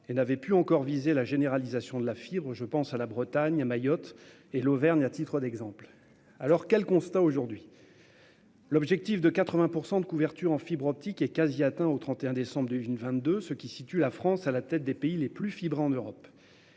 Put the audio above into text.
n'ayant pu encore viser la généralisation de la fibre. Je pense à la Bretagne, à Mayotte et à l'Auvergne à titre d'exemples. Quel constat faisons-nous aujourd'hui ? L'objectif d'une couverture de 80 % du territoire en fibre optique était quasi atteint au 31 décembre 2022, ce qui place la France à la tête des pays les plus fibrés en Europe.